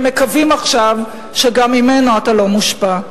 מקווים עכשיו שגם ממנו אתה לא מושפע.